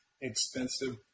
expensive